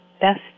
best